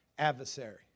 adversary